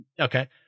Okay